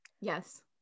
Yes